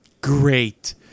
Great